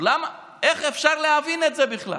איך אפשר להבין את זה בכלל?